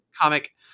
comic